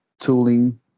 tooling